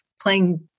playing